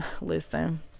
listen